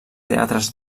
teatres